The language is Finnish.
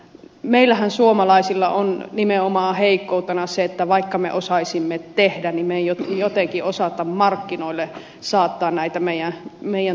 meillä suomalaisillahan on nimenomaan heikkoutena se että vaikka me osaisimme tehdä niin me emme jotenkin osaa markkinoille saattaa näitä meidän tuotteitamme